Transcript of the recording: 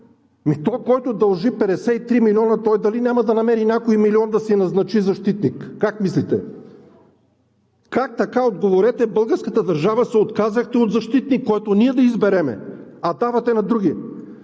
Ами този, който дължи 53 милиона, дали няма да намери някой милион да си назначи защитник?! Как мислите? Как така, отговорете, българската държава се отказахте от защитник, който ние да изберем, а давате на други?